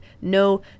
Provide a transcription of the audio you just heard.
No